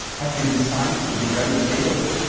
has been designed to be very scalable.